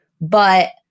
but-